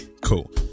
cool